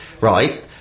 right